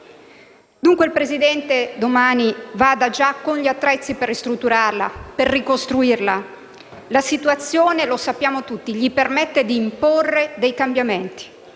Dunque il Presidente, domani, vada già con gli attrezzi per ristrutturarla, per ricostruirla. La situazione, lo sappiamo tutti, gli permette di imporre dei cambiamenti;